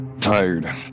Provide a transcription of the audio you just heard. tired